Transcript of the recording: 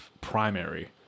primary